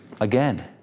again